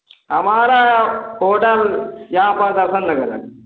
हमारा होटल यहाँ पर दर्शन नगर में